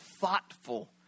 thoughtful